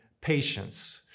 patience